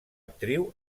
actriu